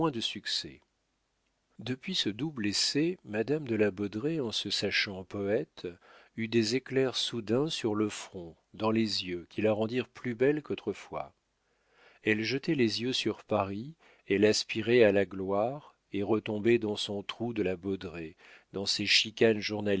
de succès depuis ce double essai madame de la baudraye en se sachant poète eut des éclairs soudains sur le front dans les yeux qui la rendirent plus belle qu'autrefois elle jetait les yeux sur paris elle aspirait à la gloire et retombait dans son trou de la baudraye dans ses chicanes